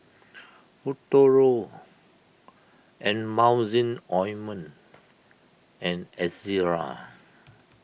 Futuro Emulsying Ointment and Ezerra